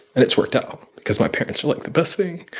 and it's worked out because my parents are, like, the best thing